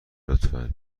لطفا